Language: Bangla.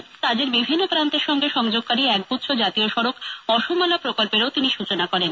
এছাড়াও রাজ্যের বিভিন্ন প্রান্তে সঙ্গে সংযোগকারী একগুচ্ছ জাতীয় সড়ক অসমমালা প্রকল্পেরও তিনি সূচনা করেন